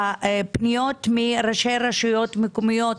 שראשי רשויות מקומיות,